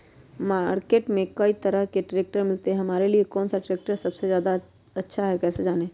Market में कई तरह के ट्रैक्टर मिलते हैं हमारे लिए कौन सा ट्रैक्टर सबसे अच्छा है कैसे जाने?